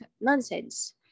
nonsense